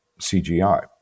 CGI